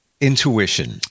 intuition